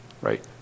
right